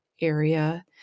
area